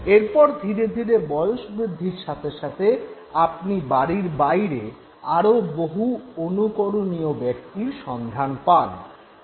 এরপর ধীরে ধীরে বয়সবৃদ্ধির সাথে সাথে আপনি বাড়ির বাইরে আরো বহু অনুকরণীয় ব্যক্তির সন্ধান পান